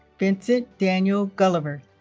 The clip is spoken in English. vincent daniel gulliver